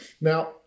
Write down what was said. Now